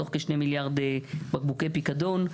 מתוך כ-2 מיליארד בקבוקי פיקדון.